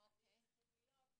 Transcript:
איזה תנאים צריכים להיות,